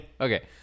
okay